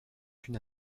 une